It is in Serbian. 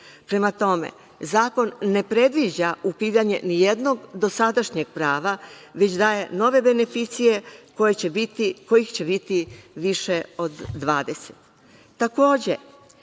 Prema tome, zakon ne predviđa ukidanje ni jednog dosadašnjeg prava, već daje nove beneficije kojih će biti više od 20.Takođe,